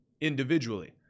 individually